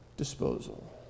disposal